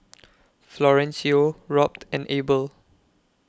Florencio Robt and Abel